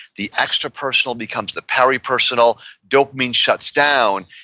the extrapersonal becomes the peripersonal, dopamine shuts down,